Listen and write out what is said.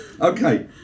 Okay